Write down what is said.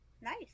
nice